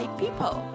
people